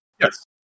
Yes